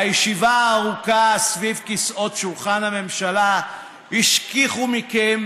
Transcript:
הישיבה הארוכה סביב כיסאות שולחן הממשלה השכיחה מכם